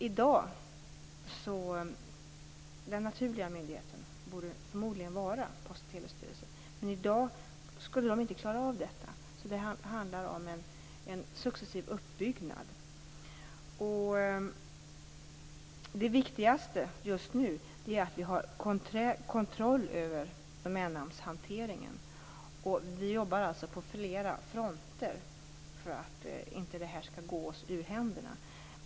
I dag borde förmodligen den naturliga myndigheten vara Post och telestyrelsen. Men i dag skulle man inte klara av detta. Det handlar om en successiv uppbyggnad. Det viktigaste just nu är att vi har kontroll över domännamnshanteringen. Vi jobbar alltså på flera fronter för att detta inte skall gå oss ur händerna.